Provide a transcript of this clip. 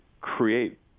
create